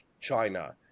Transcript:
China